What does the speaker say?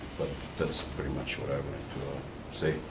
but that's pretty much what i wanted to say.